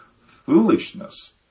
foolishness